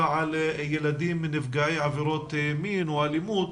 על ילדים נפגעי עבירות מין או אלימות,